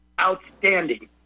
outstanding